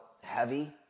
heavy